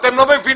אתם לא מבינים.